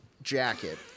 jacket